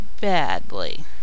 badly